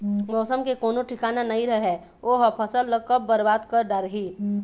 मउसम के कोनो ठिकाना नइ रहय ओ ह फसल ल कब बरबाद कर डारही